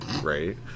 right